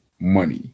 money